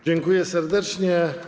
Dziękuję serdecznie.